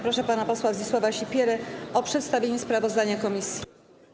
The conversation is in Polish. Proszę pana posła Zdzisława Sipierę o przedstawienie sprawozdania komisji.